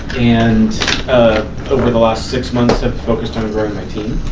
and over the last six months i've focused on growing my team.